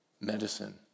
Medicine